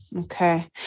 okay